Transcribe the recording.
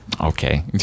Okay